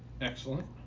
excellent